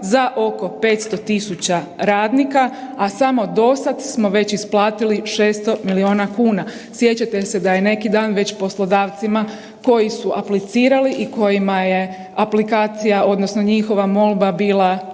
za oko 500.000 radnika, a samo do sada smo već isplatili 600 milijuna kuna. Sjećate se da je neki dan već poslodavcima koji su aplicirali i kojima je aplikacija odnosno njihova molba bila